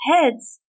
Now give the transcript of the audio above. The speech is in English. heads